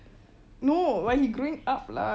no while he growing up lah